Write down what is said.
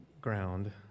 ground